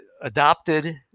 adopted